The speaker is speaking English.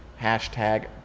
Hashtag